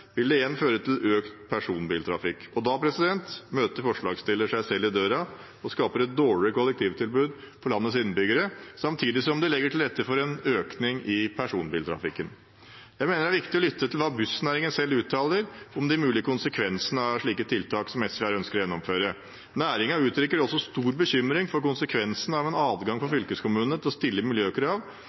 vil det igjen føre til økt personbiltrafikk. Og da møter forslagsstillerne seg selv i døra og skaper et dårligere kollektivtilbud for landets innbyggere, samtidig som de legger til rette for en økning i personbiltrafikken. Jeg mener det er viktig å lytte til hva bussnæringen selv uttaler om de mulige konsekvensene av slike tiltak som SV her ønsker å gjennomføre. Næringen uttrykker stor bekymring for konsekvensene av en adgang for fylkeskommunene til å stille miljøkrav